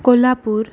Kolhapur